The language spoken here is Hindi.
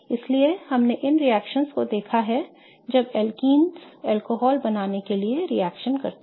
इसलिए हमने इन रिएक्शनओं को देखा है जब एल्कीन्स अल्कोहल बनाने के लिए रिएक्शन करते हैं